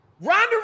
Ronda